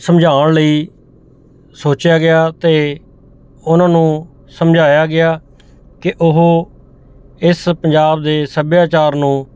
ਸਮਝਾਉਣ ਲਈ ਸੋਚਿਆ ਗਿਆ ਅਤੇ ਉਹਨਾਂ ਨੂੰ ਸਮਝਾਇਆ ਗਿਆ ਕਿ ਉਹ ਇਸ ਪੰਜਾਬ ਦੇ ਸੱਭਿਆਚਾਰ ਨੂੰ